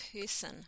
person